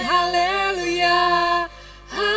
Hallelujah